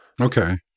Okay